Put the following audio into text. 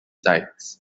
sites